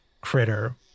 critter